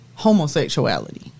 homosexuality